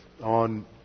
on